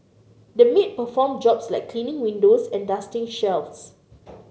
the maid performed jobs like cleaning windows and dusting shelves